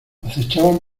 acechaban